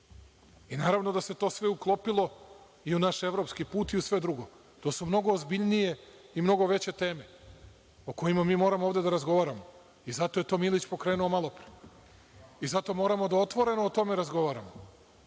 i naravno da se to sve uklopilo i u naš evropski put i u sve drugo. To su mnogo ozbiljnije i mnogo veće teme o kojima mi moramo ovde da razgovaramo. I zato je to Milić pokrenuo malopre. I zato moramo otvoreno o tome da razgovaramo.